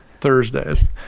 Thursdays